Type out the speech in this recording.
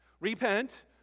repent